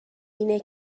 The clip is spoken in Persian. اینه